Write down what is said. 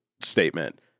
statement